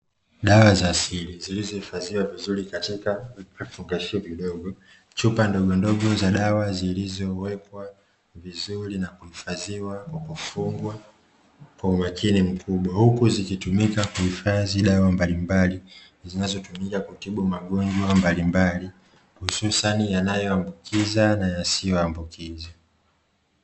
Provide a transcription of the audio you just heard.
Dawa za aasili zilizo hifadhiwa vizuri katika kifungashio kidogo, chupa ndogo ndogo za dawa zilizowekwa vizuri na kuhifadhiwa kwa kufungwa kwa umakini mkubwa, huku zikitumika kuhifadhi dawa mbalimbali zinazotumika kutibu magonjwa mbalimbali hususani yanayoambukiza na yasiyoambukizwa.